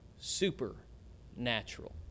supernatural